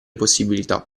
possibilità